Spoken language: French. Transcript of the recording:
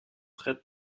traite